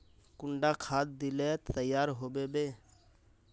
कुंडा खाद दिले तैयार होबे बे?